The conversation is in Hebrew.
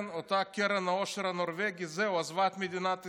אותה קרן עושר נורבגית, זהו, עזבה את מדינת ישראל.